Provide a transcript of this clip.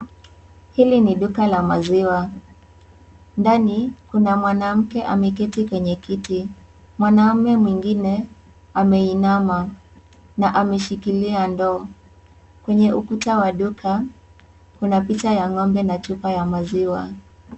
Hili ni duka la maziwa, ndani kuna mwanamke ameketi kwenye kiti. Mwanaume mwingine ameinama na ameshikilia ndoo. Kwenye ukuta wa duka kuna picha ya ng'ombe na chupa ya maziwa.